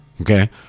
okay